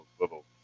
little